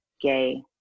gay